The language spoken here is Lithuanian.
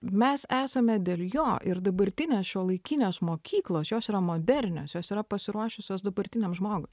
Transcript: mes esame dėl jo ir dabartinės šiuolaikinės mokyklos jos yra modernios jos yra pasiruošusios dabartiniam žmogui